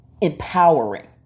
empowering